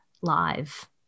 live